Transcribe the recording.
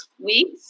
weeks